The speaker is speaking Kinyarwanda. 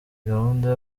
gahunda